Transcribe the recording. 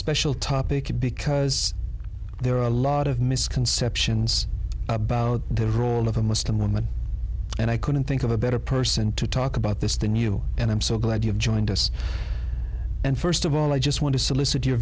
special topic because there are a lot of misconceptions about the role of a muslim woman and i couldn't think of a better person to talk about this than you and i'm so glad you've joined us and st of all i just want to solicit your